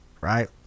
right